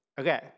Okay